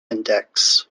index